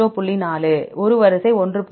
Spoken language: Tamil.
4 ஒரு வரிசை 1